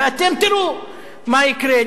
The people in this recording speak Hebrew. ואתם תראו מה יקרה.